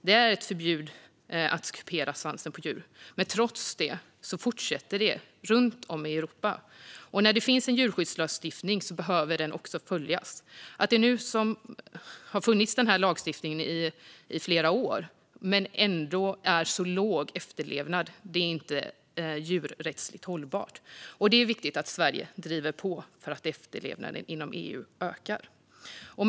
Det är förbjudet att kupera svansen på djur, men trots det fortsätter det runt om i Europa. När det finns en djurskyddslagstiftning behöver den också följas. Att lagstiftningen har funnits i flera år medan efterlevnaden är så låg är inte djurrättsligt hållbart, och det är viktigt att Sverige driver på för att efterlevnaden inom EU ska öka.